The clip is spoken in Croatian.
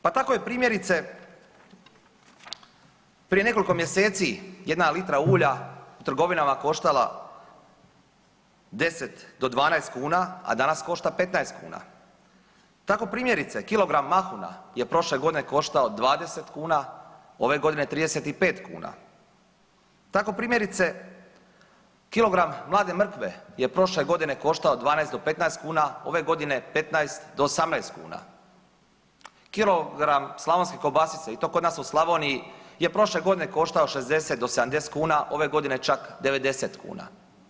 Pa tako je primjerice prije nekoliko mjeseci jedna litra ulja u trgovinama koštala 10 do 12 kuna, a danas košta 15 kuna, tako primjerice kilogram mahuna je prošle godine koštao 20 kuna ove godine 35 kuna, tako primjerice kilogram mlade mrkve je prošle godine koštao 12 do 15 kuna ove godine 15 do 18 kuna, kilogram slavonske kobasice i to kod nas u Slavoniji je prošle godine koštao 60 do 70 kuna ove godine čak 90 kuna.